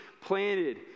planted